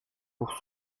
pour